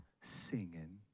singing